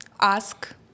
ask